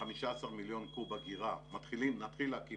15 מיליון קוב אגירה, נתחיל להקים